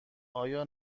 آیا